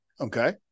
Okay